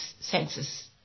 census